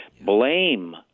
Blame